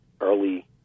early